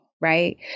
Right